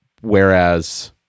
whereas